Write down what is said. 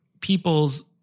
people's